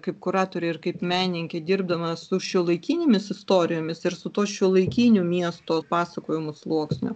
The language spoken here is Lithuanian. kaip kuratorė ir kaip menininkė dirbdama su šiuolaikinėmis istorijomis ir su tuo šiuolaikinių miesto pasakojimų sluoksniu